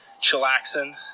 Chillaxin